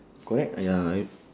correct ah ya if